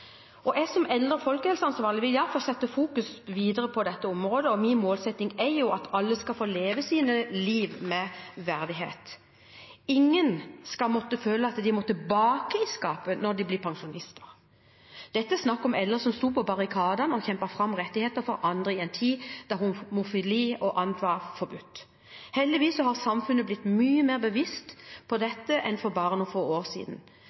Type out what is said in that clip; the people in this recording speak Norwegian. Jeg som eldre- og folkehelseansvarlig vil iallfall sette fokus videre på dette området. Min målsetting er at alle skal få leve sitt liv med verdighet. Ingen skal måtte føle at de må tilbake i skapet når de blir pensjonister. Dette er snakk om eldre som sto på barrikadene og kjempet fram rettigheter for andre i en tid da homofili og annet var forbudt. Heldigvis har samfunnet blitt mye mer bevisst på dette enn for bare noen få år siden,